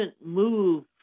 move